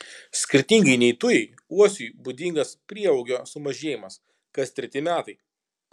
skirtingai nei tujai uosiui būdingas prieaugio sumažėjimas kas treti metai